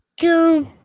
Go